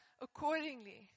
accordingly